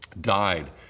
died